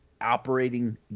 operating